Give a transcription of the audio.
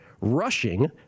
Rushing